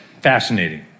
fascinating